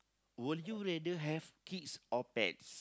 will you rather have kids or pets